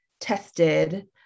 tested